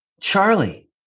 Charlie